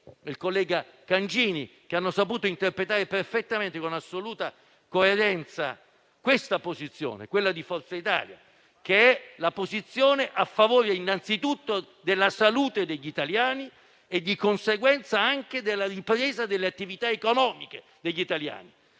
che hanno saputo interpretare perfettamente e con assoluta coerenza la posizione di Forza Italia, che è a favore innanzitutto della salute degli italiani e, di conseguenza, anche della ripresa delle attività economiche degli italiani.